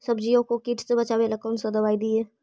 सब्जियों को किट से बचाबेला कौन सा दबाई दीए?